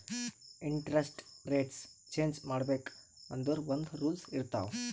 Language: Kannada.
ಇಂಟರೆಸ್ಟ್ ರೆಟ್ಸ್ ಚೇಂಜ್ ಮಾಡ್ಬೇಕ್ ಅಂದುರ್ ಒಂದ್ ರೂಲ್ಸ್ ಇರ್ತಾವ್